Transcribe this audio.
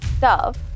Dove